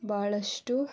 ಭಾಳಷ್ಟು